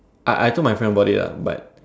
I I told my friend about it ah but